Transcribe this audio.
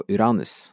Uranus